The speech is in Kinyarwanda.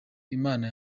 imana